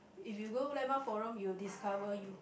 if you go landmark forum you'll discover you